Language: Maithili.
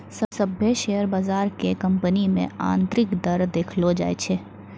सभ्भे शेयर बजार के कंपनी मे आन्तरिक दर देखैलो जाय छै